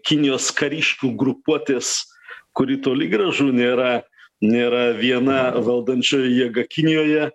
kinijos kariškių grupuotės kuri toli gražu nėra nėra viena valdančioji jėga kinijoje